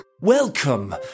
Welcome